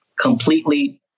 completely